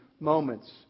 moments